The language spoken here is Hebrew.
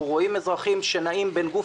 אנחנו רואים אזרחים שנעים בין גוף